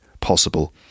possible